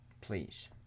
please